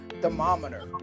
thermometer